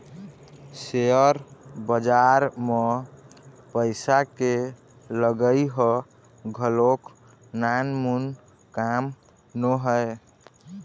share बजार म पइसा के लगई ह घलोक नानमून काम नोहय